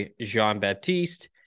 Jean-Baptiste